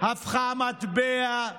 הפכה מטבע,